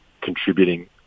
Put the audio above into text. contributing